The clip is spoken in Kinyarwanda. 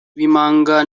b’impanga